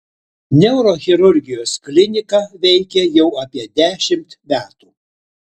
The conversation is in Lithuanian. neurochirurgijos klinika veikia jau apie dešimt metų